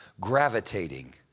gravitating